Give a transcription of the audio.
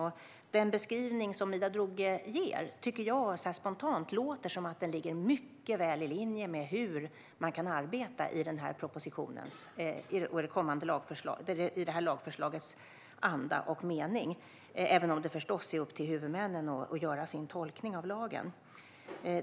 Jag tycker spontant att det låter som att den beskrivning som Ida Drougge ger ligger mycket väl i linje med hur man kan arbeta i denna propositions och detta lagförslags anda och mening, även om det förstås är upp till huvudmännen att göra sin tolkning av lagen.